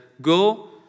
Go